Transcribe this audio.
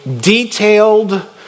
detailed